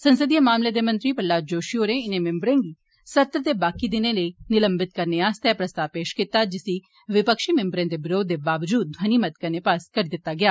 संसदीय मामले दे मंत्री प्रहलाद जोशी होरें इनें मैम्बरें गी सत्र दे बाकी दिनें लेई निलंबित करने आस्तै प्रस्ताव पेश कीता जिसी विपक्षी मैम्बरें दे विरोध दे बावजूद ध्वनिमत कन्नै पास करी दिता गेया